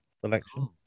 selection